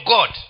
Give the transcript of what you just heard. God